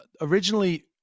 originally